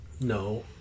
No